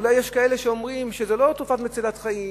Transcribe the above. אולי יש כאלה שאומרים שזו לא תרופה מצילת חיים,